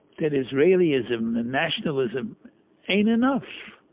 that israelism nationalism ain't enough.